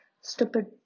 Stupid